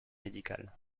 médical